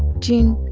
gene,